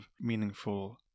meaningful